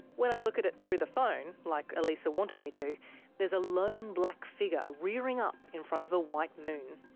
when i look at it through the phone like elisa wanted me to there's a lone black figure rearing up in front of a white moon.